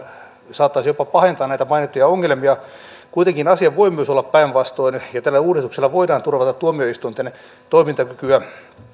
saattaisi jopa pahentaa näitä mainittuja ongelmia kuitenkin asia voi myös olla päinvastoin ja tällä uudistuksella voidaan turvata tuomioistuinten toimintakykyä